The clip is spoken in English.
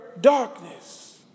darkness